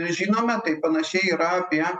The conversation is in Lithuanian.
žinome tai panašiai yra apie